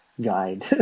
guide